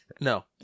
no